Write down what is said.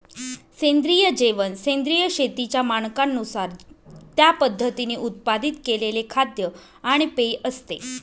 सेंद्रिय जेवण सेंद्रिय शेतीच्या मानकांनुसार त्या पद्धतीने उत्पादित केलेले खाद्य आणि पेय असते